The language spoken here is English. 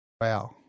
wow